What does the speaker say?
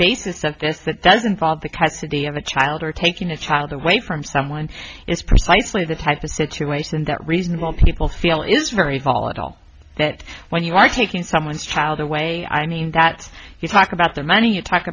basis of this that doesn't fall the custody of a child or taking a child away from someone is precisely the type of situation that reasonable people feel is very volatile that when you are taking someone's child away i mean that you talk about the money you talk